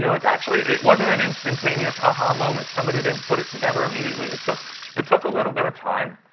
you know it actually it wasn't an instantaneous aha moment. somebody didn't put it together immediately. it took it took a little bit of time.